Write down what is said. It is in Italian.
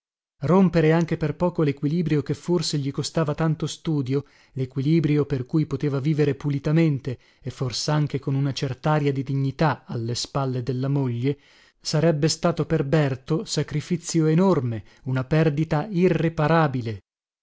rompere anche per poco lequilibrio che forse gli costava tanto studio lequilibrio per cui poteva vivere pulitamente e forsanche con una certaria di dignità alle spalle della moglie sarebbe stato per berto sacrifizio enorme una perdita irreparabile